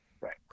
Right